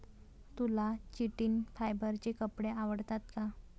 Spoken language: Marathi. तुला चिटिन फायबरचे कपडे आवडतात का?